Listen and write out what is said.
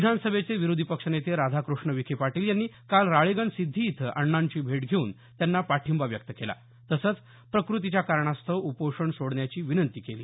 विधान सभेचे विरोधी पक्षनेते राधाकृष्ण विखेपाटील यांनी काल राळेगण सिद्धी इथं अण्णांची भेट घेऊन त्यांना पाठिंबा व्यक्त केला तसंच प्रकृतीच्या कारणास्तव उपोषण सोडण्याची विनंती केली